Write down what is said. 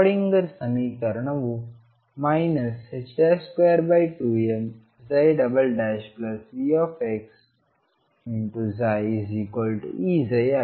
ಈಗ ಶ್ರೋಡಿಂಗರ್ ಸಮೀಕರಣವು minus 22mVxψEψ